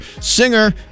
Singer